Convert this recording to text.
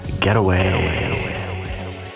Getaway